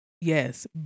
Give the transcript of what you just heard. Yes